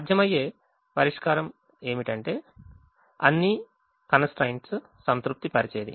సాధ్యమయ్యే పరిష్కారం ఏమిటంటే అన్ని కన్స్ ట్రైన్ట్స్ సంతృప్తిపరిచేది